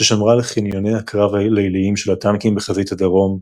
ששמרה על חניוני הקרב הליליים של הטנקים בחזית הדרום,